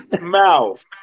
mouth